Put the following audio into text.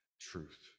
truth